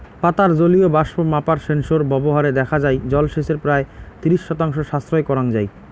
পাতার জলীয় বাষ্প মাপার সেন্সর ব্যবহারে দেখা যাই জলসেচের প্রায় ত্রিশ শতাংশ সাশ্রয় করাং যাই